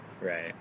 Right